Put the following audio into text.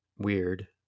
Weird